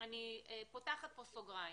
אני פותחת פה סוגריים